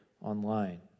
online